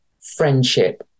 friendship